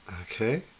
Okay